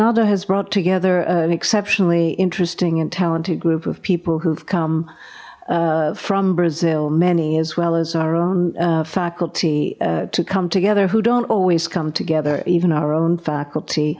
e has brought together an exceptionally interesting and talented group of people who've come from brazil many as well as our own faculty to come together who don't always come together even our own faculty